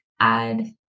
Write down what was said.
add